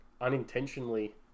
unintentionally